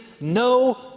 no